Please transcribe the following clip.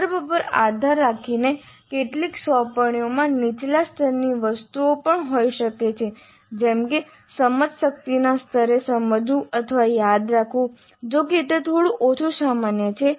સંદર્ભ પર આધાર રાખીને કેટલાક સોંપણીઓમાં નીચલા સ્તરની વસ્તુઓ પણ હોઈ શકે છે જેમ કે સમજશક્તિના સ્તરને સમજવું અથવા યાદ રાખવું જોકે તે થોડું ઓછું સામાન્ય છે